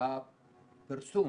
הפרסום